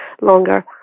longer